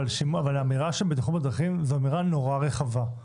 האמירה בטיחות בדרכים זו אמירה נורא רחבה,